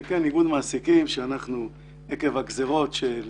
ארגון מעסיקים שעקב הגזרות של